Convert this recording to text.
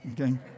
Okay